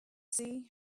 sea